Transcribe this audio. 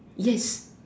yes